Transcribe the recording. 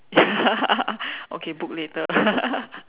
ya okay book later